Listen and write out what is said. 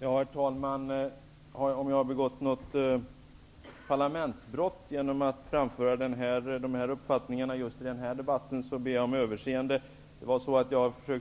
Herr talman! Om jag har begått något parlamentariskt brott genom att framföra dessa uppfattningar i just denna debatt, ber jag om överseende. Jag har